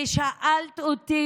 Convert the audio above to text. ושאלת אותי,